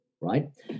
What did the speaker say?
right